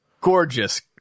Gorgeous